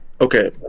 okay